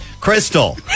Crystal